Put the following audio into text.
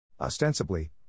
Ostensibly